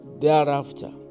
thereafter